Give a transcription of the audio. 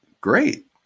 great